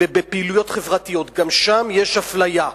בפעילויות חברתיות, גם שם יש אפליה,